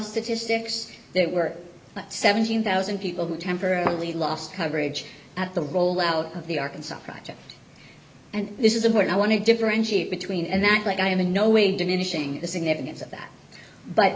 statistics that were seventeen thousand people who temporarily lost coverage at the rollout of the arkansas project and this is a point i want to differentiate between and that but i am in no way diminishing the significance of that but